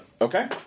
okay